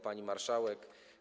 Pani Marszałek!